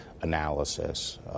analysis